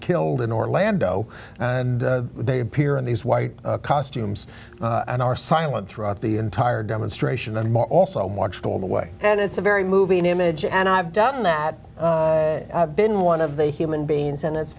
killed in orlando and they appear in these white costumes and are silent throughout the entire demonstration and more also marched all the way and it's a very moving image and i've done that been one of the human beings and it's